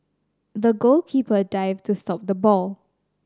the goalkeeper dived to stop the ball